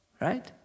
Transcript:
right